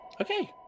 okay